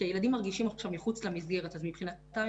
כי הילדים מרגישים עכשיו מחוץ למסגרת אז מבחינתם